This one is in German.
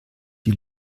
die